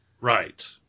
Right